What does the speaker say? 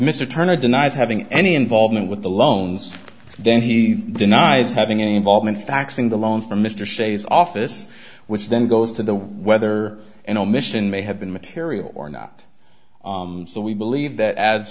mr turner denies having any involvement with the loans then he denies having any involvement faxing the loan from mr shays office which then goes to the whether an omission may have been material or not but we believe that a